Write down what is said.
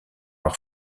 leur